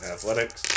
Athletics